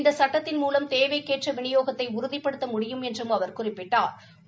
இந்த சுட்டத்தின் மூலம் தேவைக்கேற்ற விநியோகத்தை உறுதிப்படுத்த முடியும் என்றும் அவர் குறிப்பிட்டாள்